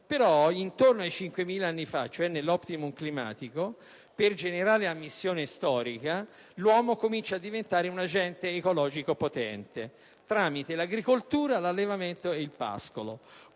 Intorno a 5.000 anni fa, nell'*optimum* climatico, per generale ammissione storica, l'uomo ha cominciato a diventare un agente ecologico potente, tramite l'agricoltura, l'allevamento e il pascolo.